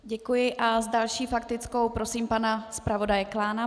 Děkuji a s další faktickou prosím pana zpravodaje Klána.